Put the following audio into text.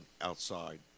outside